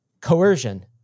coercion